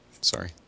Sorry